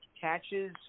catches